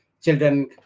children